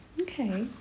okay